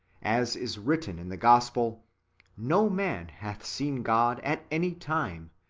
as is written in the gospel no man hath seen god at any time,